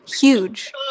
Huge